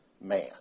man